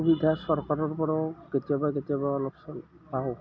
সুবিধা চৰকাৰৰপৰাও কেতিয়াবা কেতিয়াবা অলপ চলপ পাওঁ